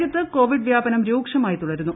രാജ്യത്ത് കോവിഡ് വ്യാപനം രൂക്ഷമായി തുടരുന്നു